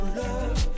love